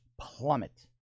plummet